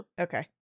okay